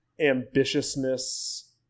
ambitiousness